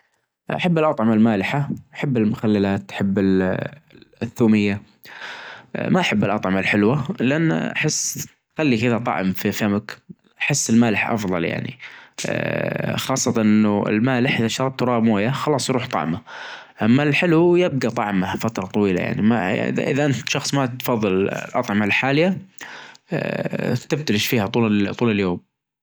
أحب السفر في الليل أحب السفر بالسيارة صراحة أفضل، چربت السفر بالقطار ما چربت بالدراچة، لكن بالسيارة أفضل شي خاصة لو أنا اللى سايج لأنى أحب السواجة وأحب الطريج في الليل أحب سفرات الليل چدا، فلو-لو الموضوع بيدى بختار سفرة الليل الصراحة أچمل سفرة، خاصة يكون الچو رايج الطريج فاضى ينديك تسحب شوى بس خلاف النهار والشمس وكدا.